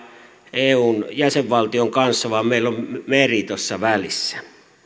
eun jäsenvaltion kanssa vaan meillä on meri tuossa välissä